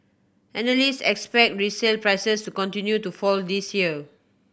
analysts expect resale prices to continue to fall this year